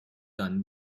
done